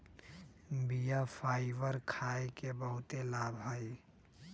बीया फाइबर खाय के बहुते लाभ हइ